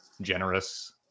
generous